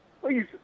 Please